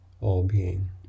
all-being